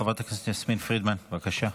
חברת הכנסת יסמין פרידמן, בבקשה.